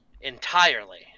entirely